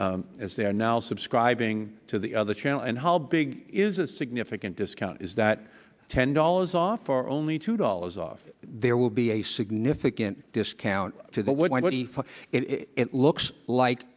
as they are now subscribing to the other channel and how big is a significant discount is that ten dollars off for only two dollars off there will be a significant discount to the